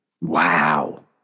Wow